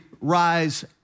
rise